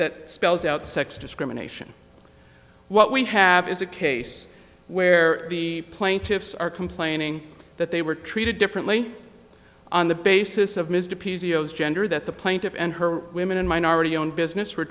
that spells out sex discrimination what we have is a case where the plaintiffs are complaining that they were treated differently on the basis of mr p c o s gender that the plaintiff and her women and minority owned business were